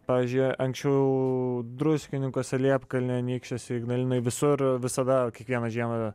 pavyzdžiui anksčiau druskininkuose liepkalny anykščiuose ignalinoj visur visada kiekvieną žiemą